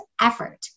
effort